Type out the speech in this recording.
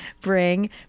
bring